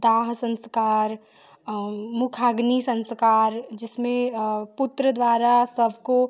दाह संस्कार मुखाग्नि संस्कार जिसमें पुत्र द्वारा सबको